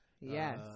Yes